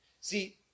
See